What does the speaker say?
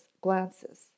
glances